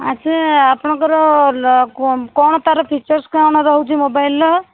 ଆଚ୍ଛା ଆପଣଙ୍କର କଣ ତା ର ଫିଚର୍ସ କଣ ରହୁଛି ମୋବାଇଲର